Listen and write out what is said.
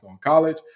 College